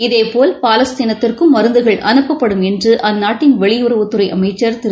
இதேபோல் பாலஸ்தீனத்திற்கும் மருந்துகள் அனுப்பப்படும் என்றுஅந்நாட்டின் வெளியுறவுத்துறைஅமைச்சி திரு